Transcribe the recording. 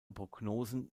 prognosen